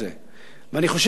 אני חושב שזה לא היה נכון.